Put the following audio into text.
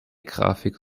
grafik